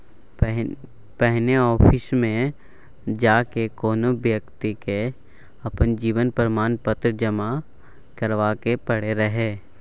पहिने आफिसमे जा कए कोनो बेकती के अपन जीवन प्रमाण पत्र जमा कराबै परै रहय